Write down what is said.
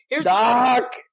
Doc